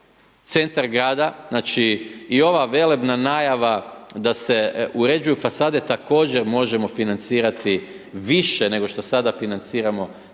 centar grada, znači, i ova velebna najava da se uređuju fasade također možemo financirati više nego šta sada financiramo